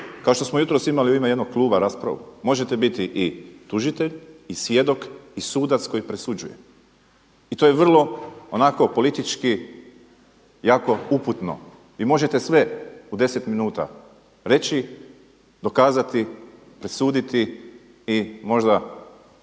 kao što smo jutros imali u ime jednog kluba raspravu možete biti i tužitelj i svjedok i sudac koji presuđuje. I to je vrlo onako politički jako uputno. I možete sve u deset minuta reći, dokazati, presuditi i možda